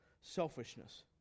selfishness